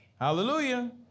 Hallelujah